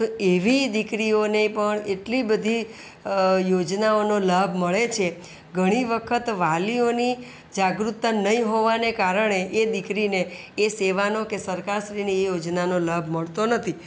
તો એવી દીકરીઓને પણ એટલી બધી યોજનાઓનો લાભ મળે છે ઘણી વખત વાલીઓની જાગૃતતા નહીં હોવાને કારણે એ દીકરીને એ સેવાનો કે સરકારશ્રીની એ યોજનાનો લાભ મળતો નથી